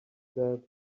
that